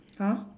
!huh!